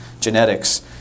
genetics